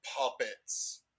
puppets